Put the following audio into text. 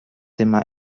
thema